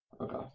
Okay